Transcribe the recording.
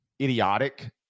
idiotic